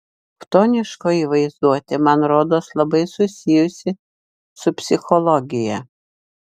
chtoniškoji vaizduotė man rodos labai susijusi su psichologija